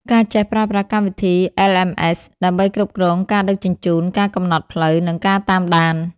គេចេះប្រើប្រាស់កម្មវិធី LMS ដើម្បីគ្រប់គ្រងការដឹកជញ្ជូន ការកំណត់ផ្លូវ និងការតាមដាន។